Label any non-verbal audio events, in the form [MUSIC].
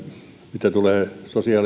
mitä tulee sosiaali [UNINTELLIGIBLE]